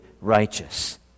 righteous